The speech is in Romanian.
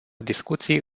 discuții